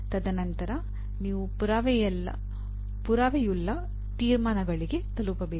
ತದನಂತರ ನೀವು ಪುರಾವೆಯುಲ್ಲ ತೀರ್ಮಾನಗಳಿಗೆ ತಲುಪಬೇಕು